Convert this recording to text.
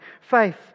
faith